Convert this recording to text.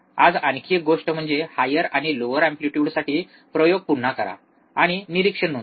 आज आणखी एक गोष्ट म्हणजे हायर आणि लोअर एम्पलीट्युडसाठी प्रयोग पुन्हा करा आणि निरीक्षण नोंदवा